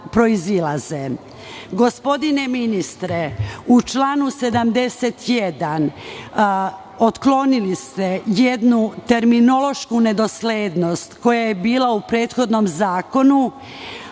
ministre, u članu 71. otklonili ste jednu terminološku nedoslednost koja je bila u prethodnom zakonu,